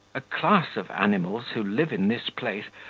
a class of animals who live in this place,